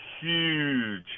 huge